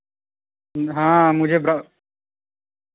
हाँ मुझे